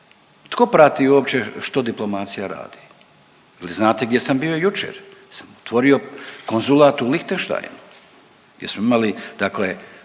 tko prati uopće što diplomacija radi? Je li znate gdje sam bio jučer? Ja sam otvorio konzulat u Lichtensteinu gdje smo imali, dakle